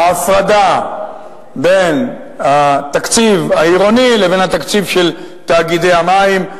ההפרדה בין התקציב העירוני לבין התקציב של תאגידי המים,